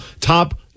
Top